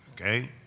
okay